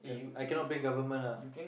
I cannot blame government ah